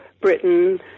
Britain